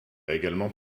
également